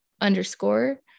underscore